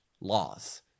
laws